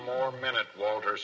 more minute walter